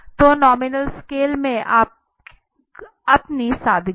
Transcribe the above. तो nominal scale की अपनी सादगी है